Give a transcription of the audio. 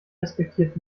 respektiert